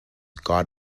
god